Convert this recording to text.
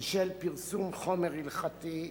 בשל פרסום חומר הלכתי,